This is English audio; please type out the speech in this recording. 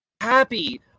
happy